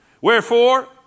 Wherefore